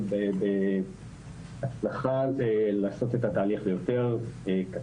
די בהצלחה - לעשות את התהליך יותר קצר,